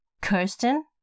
Kirsten